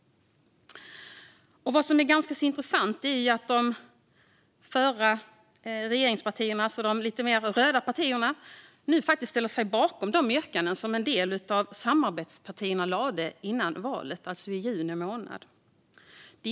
Något som är ganska intressant är att de tidigare regeringspartierna - de lite mer röda partierna - nu faktiskt ställer sig bakom en del av samarbetspartiernas yrkanden från juni månad, alltså från före valet.